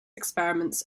experiments